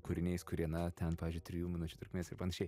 kūriniais kurie na ten pavyzdžiui trijų minučių trukmės ir panašiai